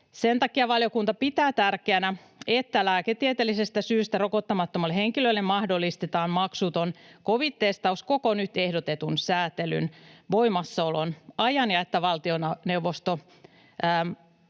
Sen takia valiokunta pitää tärkeänä, että lääketieteellisestä syystä rokottamattomalle henkilölle mahdollistetaan maksuton covid-testaus koko nyt ehdotetun sääntelyn voimassaolon ajan ja että valtioneuvosto